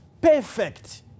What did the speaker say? perfect